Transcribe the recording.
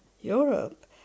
Europe